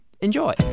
enjoy